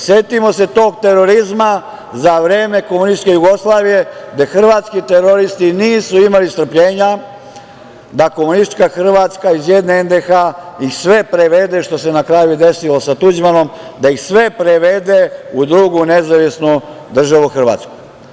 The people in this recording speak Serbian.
Setimo se tog terorizma za vreme komunističke Jugoslavije gde hrvatski teroristi nisu imali strpljenja da komunistička Hrvatska iz jedne NDH ih sve prevede, što se na kraju i desilo sa Tuđmanom, da ih sve prevede u drugu nezavisnu državu Hrvatsku.